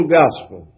gospel